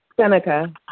Seneca